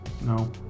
No